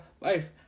life